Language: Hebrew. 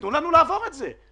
תנו לנו לעבור את זה.